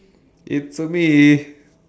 it's me